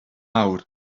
awr